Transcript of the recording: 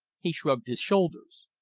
he shrugged his shoulders.